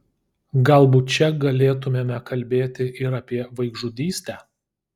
galbūt čia galėtumėme kalbėti ir apie vaikžudystę